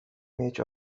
mieć